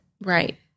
Right